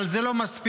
אבל זה לא מספיק